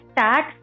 tax